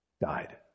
Died